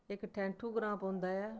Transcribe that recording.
इक ठैंठू ग्रांऽ पौंदा ऐ